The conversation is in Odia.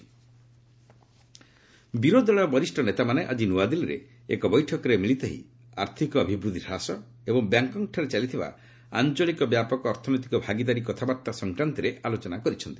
ଅପୋଜିସନ ମିଟ୍ ବିରୋଧୀ ଦଳର ବରିଷ୍ଣ ନେତାମାନେ ଆଜି ନୂଆଦିଲ୍ଲୀରେ ଏକ ବୈଠକରେ ମିଳିତ ହେଇ ଆର୍ଥିକ ଅଭିବୃଦ୍ଧି ହ୍ରାସ ଏବଂ ବ୍ୟାଙ୍କକ୍ଠାରେ ଚାଲିଥିବା ଆଞ୍ଚଳିକ ବ୍ୟାପକ ଅର୍ଥନୈତିକ ଭାଗିଦାରୀ କଥାବାର୍ତ୍ତା ସଂକ୍ରାନ୍ତରେ ଆଲୋଚନା କରିଛନ୍ତି